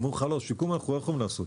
הם אומרים לך שיקום אנחנו לא יכולים לעשות,